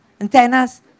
Antennas